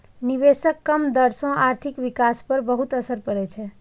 निवेशक कम दर सं आर्थिक विकास पर बहुत असर पड़ै छै